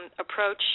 approach